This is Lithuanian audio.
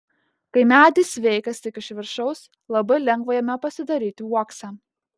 kai medis sveikas tik iš viršaus labai lengva jame pasidaryti uoksą